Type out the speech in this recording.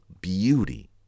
beauty